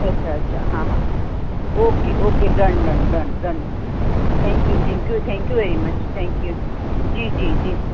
અચ્છા અચ્છા હાં હાં okay okay done done done done thank you thank you thank you thank you very much thank you જી જી જી